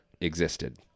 existed